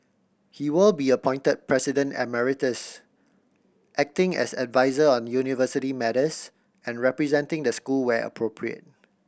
he will be appointed President Emeritus acting as adviser on university matters and representing the school where appropriate